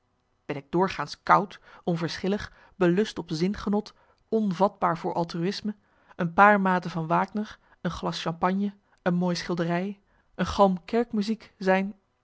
ben ik doorgaans koud onverschillig belust op zingenot onvatbaar voor altruïsme een paar maten van wagner een glas champagne een mooie schilderij een galm kerkmuziek zijn